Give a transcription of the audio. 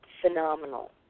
phenomenal